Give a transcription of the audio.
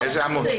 איזה עמוד?